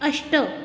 अष्ट